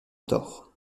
tort